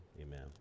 Amen